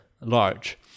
large